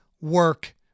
work